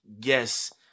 Yes